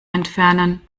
entfernen